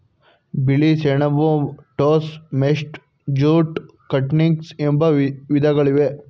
ಬಿಳಿ ಸೆಣಬು, ಟೋಸ, ಮೆಸ್ಟಾ, ಜೂಟ್ ಕಟಿಂಗ್ಸ್ ಎಂಬ ವಿಧಗಳಿವೆ